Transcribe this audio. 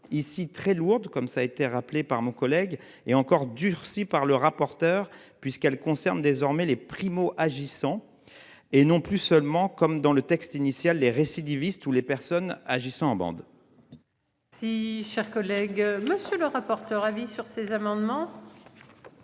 ici très lourdes comme ça a été rappelé par mon collègue et encore durci par le rapporteur puisqu'elle concerne désormais les primo-agissant et non plus seulement comme dans le texte initial, les récidivistes ou les personnes agissant en bandes. Si cher collègue monsieur le rapporteur. Avis sur ces amendements.